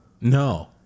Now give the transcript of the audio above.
No